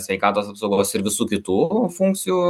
sveikatos apsaugos ir visų kitų funkcijų